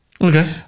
Okay